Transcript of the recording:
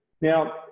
Now